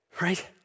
right